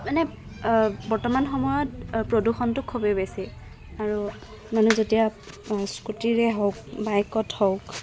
মানে বৰ্তমান সময়ত প্ৰদূষণটো খুবেই বেছি আৰু মানুহ যেতিয়া স্কুটীৰে হওক বাইকত হওক